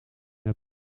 het